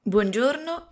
Buongiorno